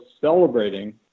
celebrating